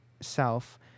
self